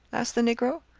asked the negro.